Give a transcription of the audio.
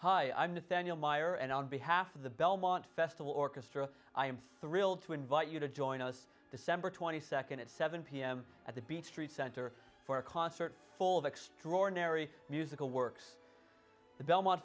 hi i'm daniel meyer and on behalf of the belmont festival orchestra i am thrilled to invite you to join us december twenty second at seven pm at the beech tree center for a concert full of extraordinary musical works the belmont